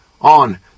on